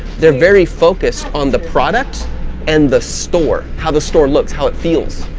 they're very focused on the product and the store. how the store looks, how it feels,